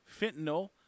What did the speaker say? fentanyl